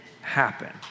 happen